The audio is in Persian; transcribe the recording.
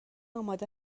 آماده